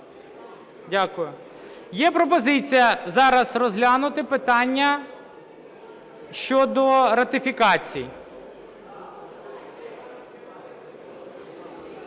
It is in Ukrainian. Є пропозиція зараз розглянути питання щодо ратифікацій.